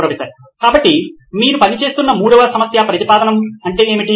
professor కాబట్టి మీరు పనిచేస్తున్న మూడవ సమస్య ప్రతిపాదనము అంటే ఏమిటి